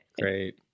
Great